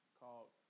called